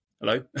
Hello